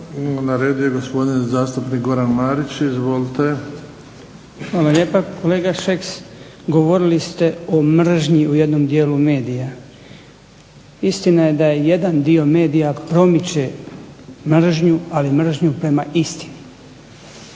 Na redu je gospodin Goran Marić. Izvolite. **Marić, Goran (HDZ)** Hvala lijepa. Kolega Šeks govorili ste o mržnji u jednom dijelu medija. Jedan dio medija promiče mržnju ali mržnju prema istini.